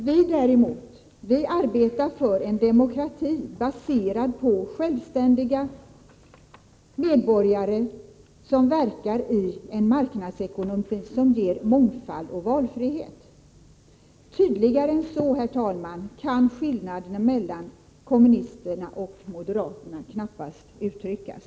Vi, däremot, arbetar för en demokrati baserad på självständiga medborgare, som verkar i en marknadsekonomi som ger mångfald och valfrihet. Tydligare än så kan skillnaderna mellan kommunisterna och moderaterna knappast uttryckas.